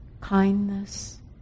kindness